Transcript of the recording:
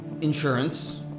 insurance